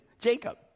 Jacob